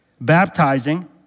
Baptizing